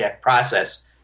process